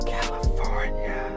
California